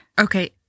Okay